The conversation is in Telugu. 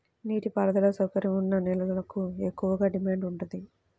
నీటి పారుదల సౌకర్యం ఉన్న నేలలకు ఎక్కువగా డిమాండ్ ఉంటుంది